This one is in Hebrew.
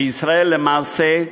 בישראל, למעשה,